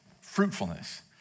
fruitfulness